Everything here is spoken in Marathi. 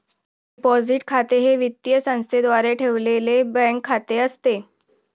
डिपॉझिट खाते हे वित्तीय संस्थेद्वारे ठेवलेले बँक खाते असते